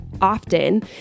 often